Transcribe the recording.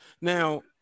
Now